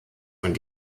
und